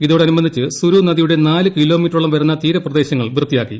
ഇതോടനുബന്ധിച്ച് സുരു നദിയുടെ നാല് കിലോമീറ്ററോളം വരുന്ന തീരപ്രദേശങ്ങൾ വൃത്തിയാക്കി